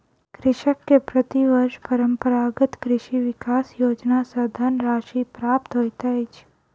कृषक के प्रति वर्ष परंपरागत कृषि विकास योजना सॅ धनराशि प्राप्त होइत अछि